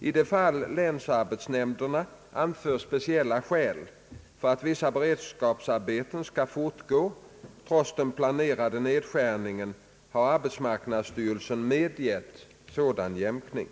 I de fall länsarbetsnämnderna anfört speciella skäl för att vissa beredskapsarbeten skall fortgå trots den planerade nedskärningen har arbetsmarknadsstyrelsen medgett sådan jämkning.